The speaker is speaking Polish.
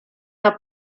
można